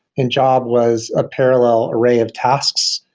and job was a parallel array of tasks,